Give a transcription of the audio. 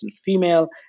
female